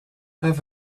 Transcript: have